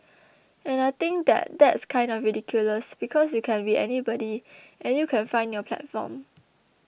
and I think that that's kind of ridiculous because you can be anybody and you can find your platform